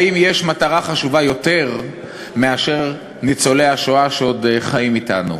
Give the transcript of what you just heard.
האם יש מטרה חשובה יותר מאשר ניצולי השואה שעוד חיים אתנו?